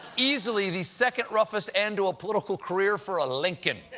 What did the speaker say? easily the second roughest end to a political career for a lincoln.